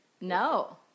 No